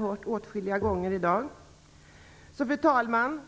Så, fru talman,